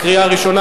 קריאה ראשונה.